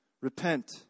Repent